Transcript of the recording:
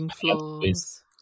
floors